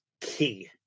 key